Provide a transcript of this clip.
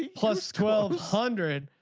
plus twelve hundred.